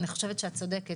אני חושבת שאת צודקת,